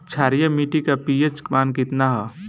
क्षारीय मीट्टी का पी.एच मान कितना ह?